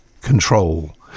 control